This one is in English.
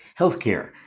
Healthcare